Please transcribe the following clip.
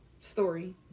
story